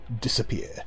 disappear